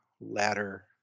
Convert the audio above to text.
ladder